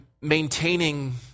maintaining